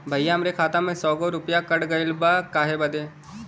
भईया हमरे खाता में से सौ गो रूपया कट गईल बा काहे बदे?